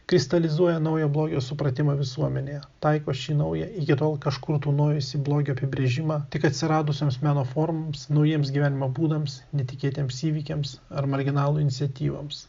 kristalizuoja naują blogio supratimą visuomenėje taiko šį naują iki tol kažkur tūnojusį blogio apibrėžimą tik atsiradusioms meno formoms naujiems gyvenimo būdams netikėtiems įvykiams ar marginalų iniciatyvoms